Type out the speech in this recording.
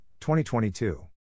2022